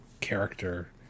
character